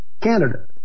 Canada